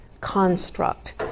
construct